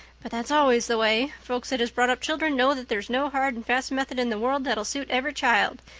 but that's always the way. folks that has brought up children know that there's no hard and fast method in the world that'll suit every child.